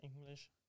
English